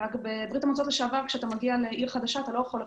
לקחה אתה עוד כמה ילדים.